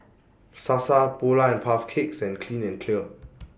Sasa Polar and Puff Cakes and Clean and Clear